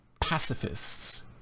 pacifists